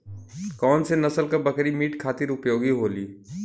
कौन से नसल क बकरी मीट खातिर उपयोग होली?